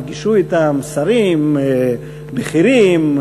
נפגשו אתם שרים בכירים,